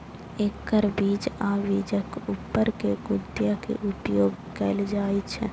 एकर बीज आ बीजक ऊपर के गुद्दा के उपयोग कैल जाइ छै